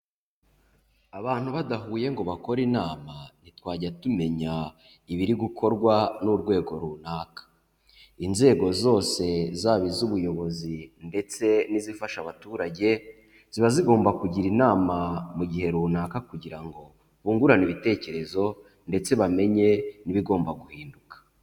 Abantu badahuye ngo bakore inama ntitwajya tumenya ibiri gukorwa n'urwego runaka. Inzego zose zaba iz'ubuyobozi ndetse n'izifasha abaturage, ziba zigomba kugira inama mu gihe runaka kugira ngo bungurane ibitekerezo ndetse bamenye n'ibigomba guhinduka.